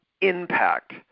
impact